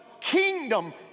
kingdom